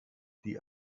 die